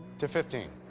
to fifteen.